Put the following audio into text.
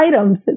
items